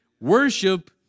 Worship